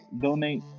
donate